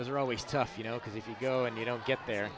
there always tough you know because if you go and you don't get there